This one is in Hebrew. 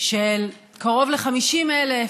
של קרוב ל-50,000,